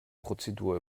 prozedur